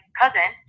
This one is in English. cousin